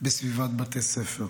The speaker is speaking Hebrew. בסביבת בתי ספר.